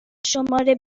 شماره